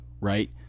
right